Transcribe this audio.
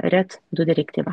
red du direktyva